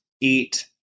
eat